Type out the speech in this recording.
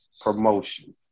promotion